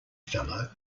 fellow